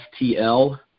STL